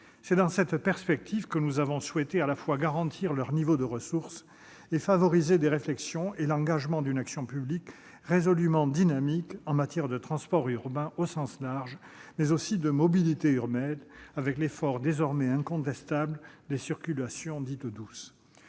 C'est dans cette perspective que nous avons souhaité garantir leur niveau de ressources et favoriser une réflexion et l'engagement d'une action publique résolument dynamique en matière de transports urbains au sens large, mais aussi de mobilités urbaines, avec l'effort désormais incontestable en matière de circulations dites « douces